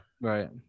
Right